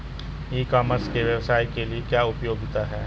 ई commerce के व्यवसाय के लिए क्या उपयोगिता है?